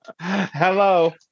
Hello